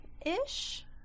ish